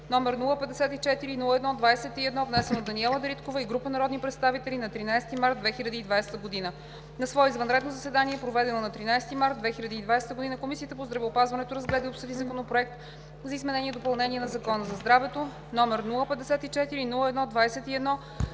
№ 054-01-21, внесен от Даниела Дариткова и група народни представители на 13 март 2020 г. На свое извънредно заседание, проведено на 13 март 2020 г., Комисията по здравеопазването разгледа и обсъди Законопроект за изменение и допълнение на Закона за здравето, № 054-01-21,